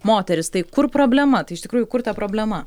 moteris tai kur problema tai iš tikrųjų kur ta problema